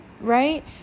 right